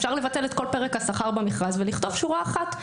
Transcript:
אפשר לבטל את כל פרק השכר במכרז ולכתוב שורה אחת: